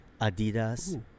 Adidas